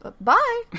Bye